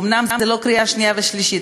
אומנם זה לא קריאה שנייה ושלישית,